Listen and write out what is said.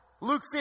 Luke